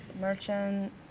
merchant